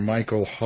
Michael